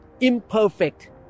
imperfect